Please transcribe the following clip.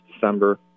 December